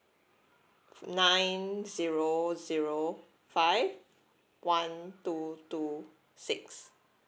f~ nine zero zero five one two two six